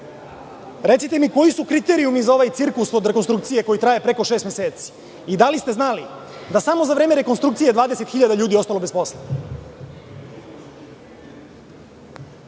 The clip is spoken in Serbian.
debakl. Recite mi koji su kriterijumi za ovaj cirkus od rekonstrukcije koji traje preko šest meseci i da li ste znali da samo za vreme rekonstrukcije je 20.000 ljudi ostalo bez posla?